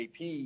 AP